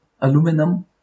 aluminum